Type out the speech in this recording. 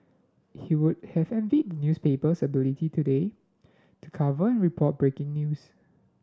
he would have envied the newspaper's ability today to cover and report breaking news